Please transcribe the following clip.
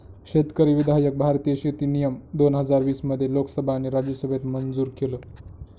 शेतकरी विधायक भारतीय शेती नियम दोन हजार वीस मध्ये लोकसभा आणि राज्यसभेत मंजूर केलं